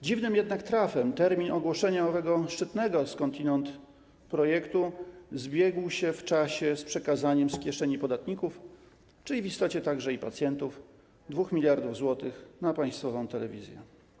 Dziwnym jednak trafem termin ogłoszenia owego szczytnego skądinąd projektu zbiegł się w czasie z przekazaniem z kieszeni podatników - czyli w istocie także i pacjentów - 2 mld zł na państwową telewizję.